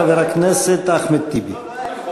חבר הכנסת אחמד טיבי.